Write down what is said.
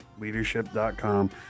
leadership.com